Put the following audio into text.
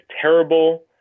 terrible